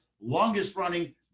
longest-running